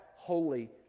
holy